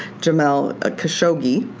jamal ah khashoggi.